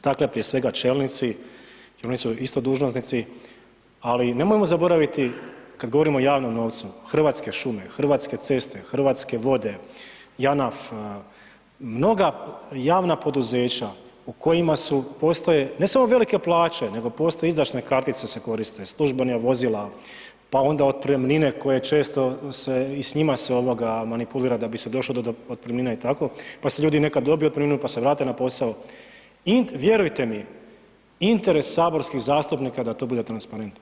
Dakle, prije svega čelnici, oni su isto dužnosnici, ali nemojmo zaboraviti, kad govorimo o javnom novcu, Hrvatske šume, Hrvatske ceste, Hrvatske vode, JANAF, mnoga javna poduzeća u kojima su, postoje, ne samo velike plaće nego postoje, izdašne kartice se koriste, službena vozila, pa onda otpremnine koje često se i s njima se manipulira da bi se došlo do otpremnina i tako, pa se ljudi nekad dobiju otpremninu pa se vrate na posao i vjerujte mi, interes saborskih zastupnika da to bude transparentno.